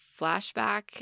flashback